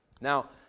Now